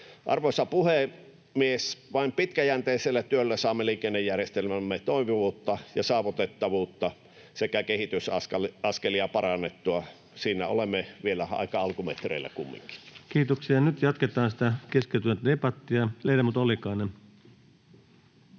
Arvoisa puhemies! Vain pitkäjänteisellä työllä saamme liikennejärjestelmäämme toimivuutta ja saavutettavuutta sekä kehitysaskelia parannettua. Siinä olemme vielä aika alkumetreillä kumminkin. [Speech 287] Speaker: Ensimmäinen varapuhemies Antti Rinne